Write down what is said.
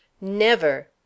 Never